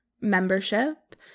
membership